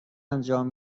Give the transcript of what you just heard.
انجام